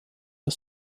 der